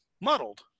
muddled